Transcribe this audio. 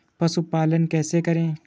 पशुपालन कैसे करें?